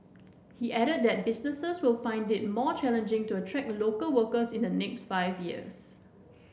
he added that businesses will find it more challenging to attract local workers in the next five years